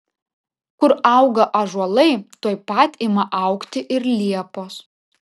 kur auga ąžuolai tuoj pat ima augti ir liepos